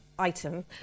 item